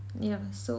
yeah so